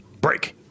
break